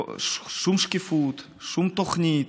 שום שקיפות, שום תוכנית.